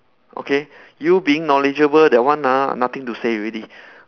okay you being knowledgeable that one ah nothing to say already